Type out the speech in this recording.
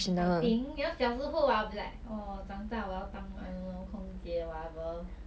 I think 你要小时候 I'll be like oh 长大我要当完空姐 whatever